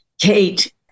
Kate